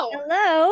Hello